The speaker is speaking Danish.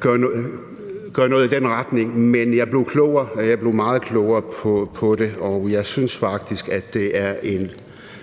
gøre noget, der mindede om det. Men jeg blev meget klogere på det, og jeg synes faktisk, at det er en